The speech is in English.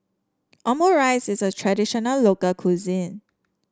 omurice is a traditional local cuisine